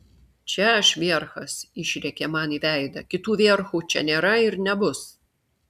čia aš vierchas išrėkė man į veidą kitų vierchų čia nėra ir nebus